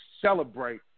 celebrate